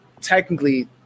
technically